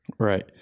Right